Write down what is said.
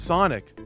Sonic